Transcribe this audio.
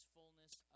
fullness